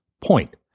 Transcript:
Point